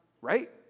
right